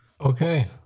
Okay